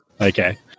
Okay